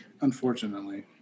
Unfortunately